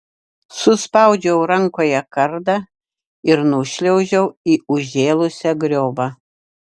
suspaudžiau rankoje kardą ir nušliaužiau į užžėlusią griovą